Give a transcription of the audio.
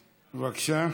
בבקשה.